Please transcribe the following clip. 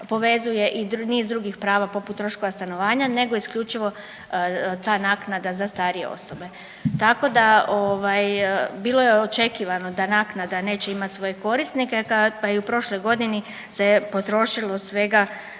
povezuje i niz drugih prava poput troškova stanovanja nego isključivo ta naknada za starije osobe. Tako da ovaj bilo je očekivano da naknada neće imat svoje korisnike, pa i u prošloj godini se je potrošilo svega